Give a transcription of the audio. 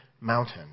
mountain